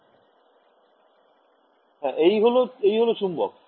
ছাত্র ছাত্রিঃ এই হল চুম্বক